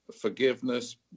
forgiveness